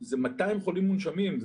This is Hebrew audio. זה 200 חולים מונשמים,